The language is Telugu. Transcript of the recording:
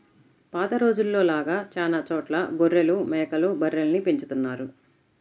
పాత రోజుల్లో లాగా చానా చోట్ల గొర్రెలు, మేకలు, బర్రెల్ని పెంచుతున్నారు